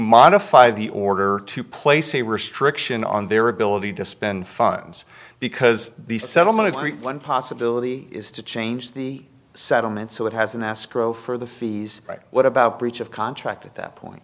modify the order to place a restriction on their ability to spend funds because the settlement of one possibility is to change the settlement so it has an escrow for the fees right what about breach of contract at that point